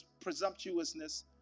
presumptuousness